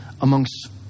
amongst